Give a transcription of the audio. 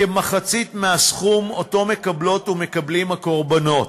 כמחצית מהסכום שמקבלות ומקבלים הקורבנות.